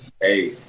hey